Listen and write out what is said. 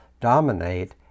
dominate